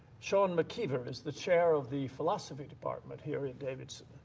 sean mckeever is the chair of the philosophy department here at davidson.